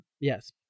Yes